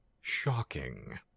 shocking